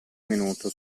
minuto